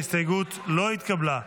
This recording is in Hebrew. ההסתייגות לא התקבלה.